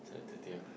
it's a thirtieth